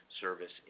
service